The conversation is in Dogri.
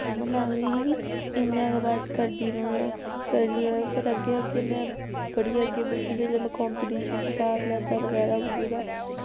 मम्मा आखदी ही कि इ'यां गै बस करदी र'वेआं करदी र'वेआं फिर अग्गें अग्गें में बड़ी अग्गें पुज्जी जिल्लै में कंपीटीशन च भाग लैता बगैरा बगूरा